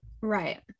right